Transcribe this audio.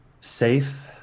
Safe